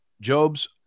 Job's